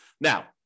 Now